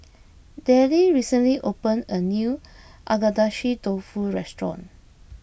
Dellie recently opened a new Agedashi Dofu restaurant